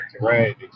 right